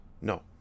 No